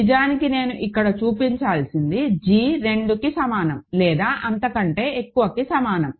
నిజానికి నేను ఇక్కడ చెప్పాల్సింది g 2 లేదా అంతకంటే ఎక్కువ సమానం